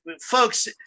folks